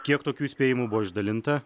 kiek tokių įspėjimų buvo išdalinta